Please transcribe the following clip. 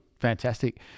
Fantastic